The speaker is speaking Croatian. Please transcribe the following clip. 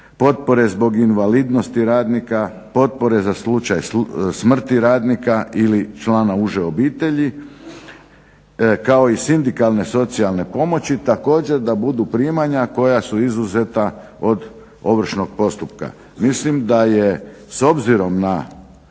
potpore zbog invalidnosti radnika, potpore za slučaj smrti radnika ili člana uže obitelji kao i sindikalne socijalne pomoći također da budu primanja koja su izuzeta od ovršnog postupka. Mislim da je s obzirom na